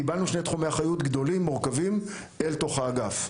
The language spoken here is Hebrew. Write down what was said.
קיבלנו שני תחומי אחריות גדולים ומורכבים אל תוך האגף.